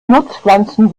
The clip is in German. nutzpflanzen